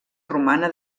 romana